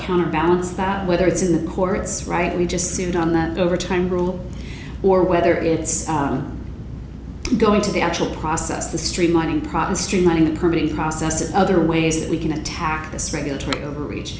counterbalance that whether it's in the courts right we just sued on that overtime rule or whether it's going to the actual process the streamlining pradhan streamlining the permitting process or other ways that we can attack this regulatory overreach